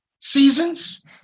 seasons